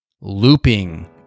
looping